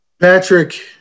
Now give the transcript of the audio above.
Patrick